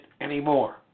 anymore